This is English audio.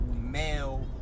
male